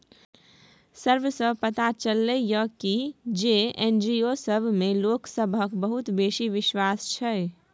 survey सँ पता चलले ये की जे एन.जी.ओ सब मे लोक सबहक बहुत बेसी बिश्वास छै